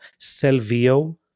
Selvio